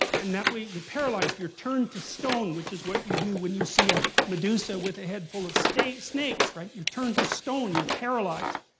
and that way you're paralyzed, you're turned to stone, which is what you do when you see a medusa with a head full of snakes, right? you're turned to stone, you're paralyzed.